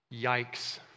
Yikes